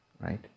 Right